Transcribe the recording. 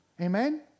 Amen